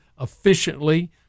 efficiently